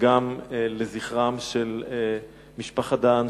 וגם לזכרם של בני משפחת דהן,